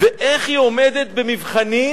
ואיך היא עומדת במבחנים